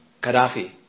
Gaddafi